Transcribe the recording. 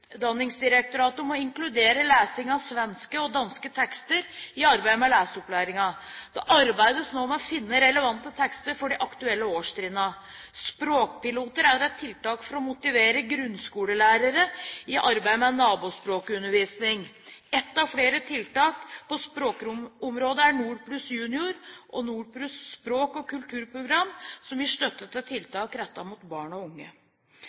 inkludere lesing av svenske og danske tekster i arbeidet med leseopplæringen. Det arbeides nå med å finne relevante tekster for de aktuelle årstrinnene. Språkpiloter er et tiltak for å motivere grunnskolelærere i arbeidet med nabospråkundervisning. Ett av flere tiltak på språkområdet er Nordplus Junior og Nordplus Språk og Kulturprogram, som gir støtte til tiltak rettet mot barn og unge.